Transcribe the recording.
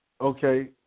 Okay